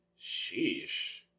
sheesh